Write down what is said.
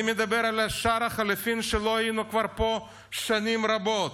אני מדבר על שער חליפין שלא ראינו פה כבר שנים רבות,